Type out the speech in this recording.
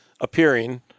appearing